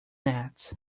nets